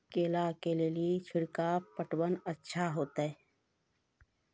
केला के ले ली छिड़काव पटवन अच्छा होते?